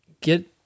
Get